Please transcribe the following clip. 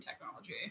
technology